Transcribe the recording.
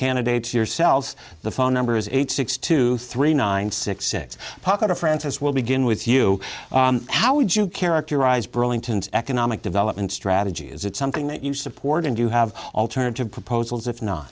candidates yourselves the phone number is eight six two three nine six six pocket or francis will begin with you how would you characterize burlington's economic development strategy is it something that you support and you have alternative proposal as if not